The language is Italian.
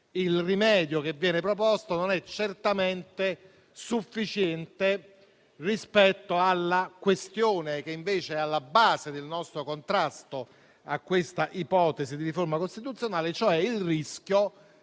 il rimedio che viene proposto non è certamente sufficiente rispetto alla questione che invece è alla base del nostro contrasto a questa ipotesi di riforma costituzionale, e cioè il rischio